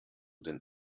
den